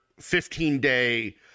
15-day